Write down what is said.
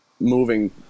moving